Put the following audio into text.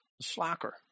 slacker